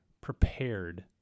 prepared